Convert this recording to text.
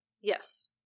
Yes